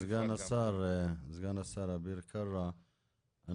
סגן השר אביר קארה,